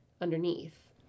underneath